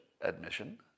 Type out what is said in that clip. admission